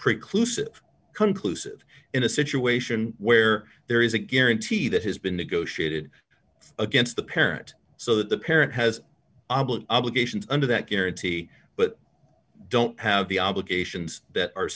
preclude conclusive in a situation where there is a guarantee that has been negotiated against the parent so the parent has obligations under that guarantee but don't have the obligations that are